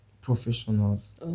professionals